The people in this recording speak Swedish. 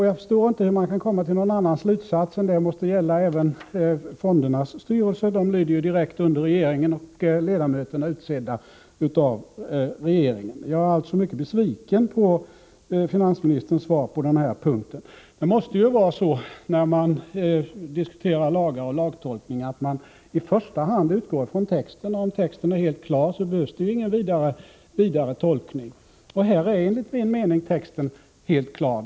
Jag förstår inte hur man kan komma till någon annan slutsats än att detta måste gälla även för fondernas styrelser — de lyder ju direkt under regeringen, och ledamöterna är utsedda av regeringen. Jag är alltså mycket besviken på justitieministerns svar på denna punkt. Det måste ju vara så att man när man diskuterar lagar och lagtolkning i första hand utgår från texten, och om texten är helt klar behövs det ingen vidare tolkning. Och här är enligt min mening texten helt klar.